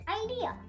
idea